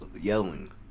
yelling